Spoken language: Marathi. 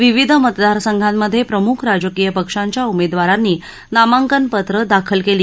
विविध मतदारसंघांमधे प्रमुख राजकीय पक्षांच्या उमेदवारांनी नामांकनपत्र दाखल केली